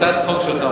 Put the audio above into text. הצעת החוק שלך,